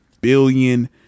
billion